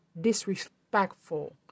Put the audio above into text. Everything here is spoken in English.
disrespectful